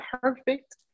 perfect